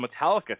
Metallica